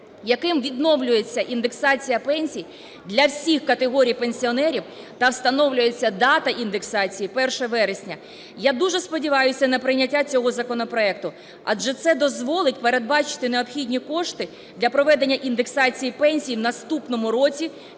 яким відновлюється індексація пенсій для всіх категорій пенсіонерів та встановлюється дата індексації – 1 вересня. Я дуже сподіваюся на прийняття цього законопроекту, адже це дозволить передбачити необхідні кошти для проведення індексації пенсій в наступному році